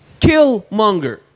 Killmonger